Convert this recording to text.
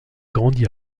grandi